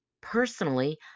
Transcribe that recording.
Personally